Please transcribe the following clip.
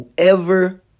whoever